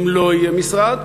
אם לא יהיה משרד,